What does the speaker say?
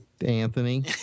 Anthony